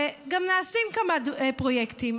וגם נעשים כמה פרויקטים,